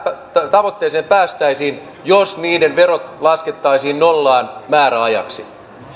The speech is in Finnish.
tavoitteeseen päästäisiin jos niiden verot laskettaisiin nollaan määräajaksi